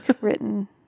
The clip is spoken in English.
written